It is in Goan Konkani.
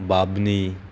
बाबणी